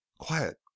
Quiet